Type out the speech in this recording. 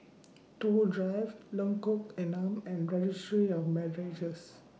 Toh Drive Lengkok Enam and Registry of Marriages